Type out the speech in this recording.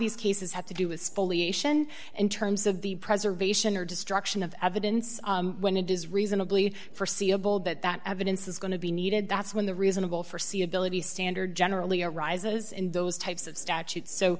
these cases have to do with spoliation in terms of the preservation or destruction of evidence when it is reasonably forseeable that that evidence is going to be needed that's when the reasonable for c ability standard generally arises in those types of statutes so